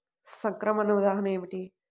సంక్రమణ ఉదాహరణ ఏమిటి?